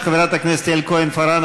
של חברת הכנסת יעל כהן-פארן,